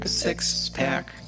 Six-pack